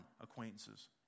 acquaintances